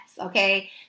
okay